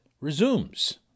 resumes